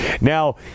Now